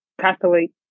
Catholic